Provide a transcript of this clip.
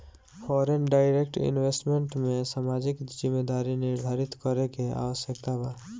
foreign direct investment में सामाजिक जिम्मेदारी निरधारित करे के आवस्यकता बा